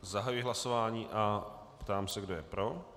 Zahajuji hlasování a ptám se, kdo je pro.